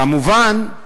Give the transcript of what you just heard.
כמובן,